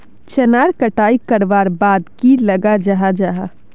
चनार कटाई करवार बाद की लगा जाहा जाहा?